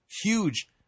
huge